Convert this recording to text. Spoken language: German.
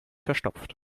verstopft